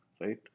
right